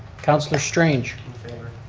councilor strange? in favor.